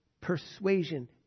persuasion